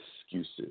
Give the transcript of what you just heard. excuses